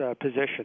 position